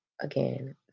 again